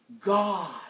God